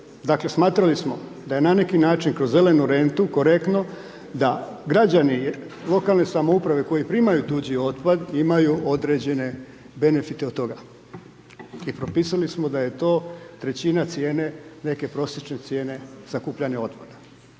Dakle, smatrali smo da je na neki način kroz zelenu rentu korektno da građani lokalne samouprave koji primaju tuđi otpad imaju određene benefite od toga. I propisali smo da je to trećina cijene neke prosječne cijene sakupljanja otpada.